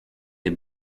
des